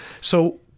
So-